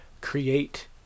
create